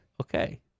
Okay